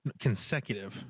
Consecutive